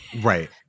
Right